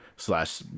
Slash